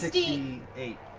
sixty eight.